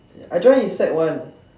I join in sec one